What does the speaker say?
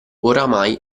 oramai